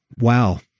wow